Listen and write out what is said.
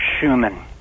Schumann